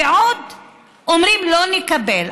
ועוד אומרים, לא נקבל.